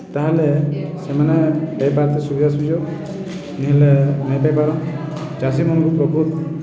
ତା'ହେଲେ ସେମାନେ ପାଇପାର୍ତେ ସୁବିଧା ସୁଯୋଗ ନାଇଁହେଲେ ନାଇପାଇ ପାରନ୍ ଚାଷୀମନ୍କୁ ପ୍ରକୃତ୍